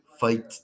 fight